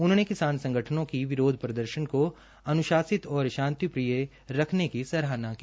उन्होंने किसानों संगठनों की विरोध प्रदेर्शन को अनुशासित और शांतिप्रिय रखने की सराहना की